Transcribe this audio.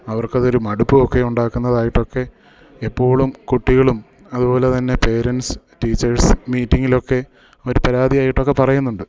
അവർക്കതൊരു മടുപ്പുമൊക്കെ ഉണ്ടാക്കുന്നതായിട്ടൊക്കെ എപ്പോഴും കുട്ടികളും അതുപോലെ തന്നെ പേരെൻസ് ടീച്ചേഴ്സ് മീറ്റിങ്ങിലൊക്കെ അവർ പരാതിയായിട്ടൊക്കെ പറയുന്നുണ്ട്